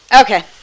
Okay